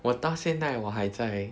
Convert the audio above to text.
我到现在我还在